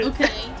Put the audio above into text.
Okay